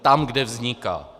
Tam, kde vzniká.